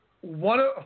one